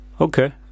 Okay